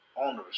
owners